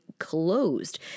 closed